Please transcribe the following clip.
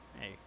Hey